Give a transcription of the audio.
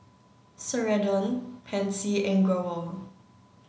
Ceradan Pansy and Growell